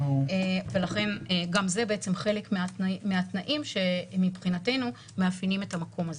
ולכן גם זה חלק מהתנאים שמבחינתנו מאפיינים את המקום הזה.